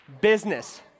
business